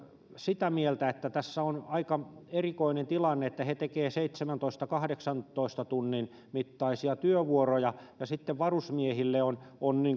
sitä mieltä että tässä on aika erikoinen tilanne että he tekevät seitsemäntoista viiva kahdeksantoista tunnin mittaisia työvuoroja ja varusmiehille on on